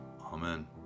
amen